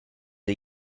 are